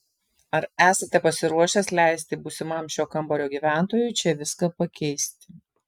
ar esate pasiruošęs leisti būsimam šio kambario gyventojui čia viską pakeisti